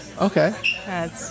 Okay